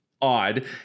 odd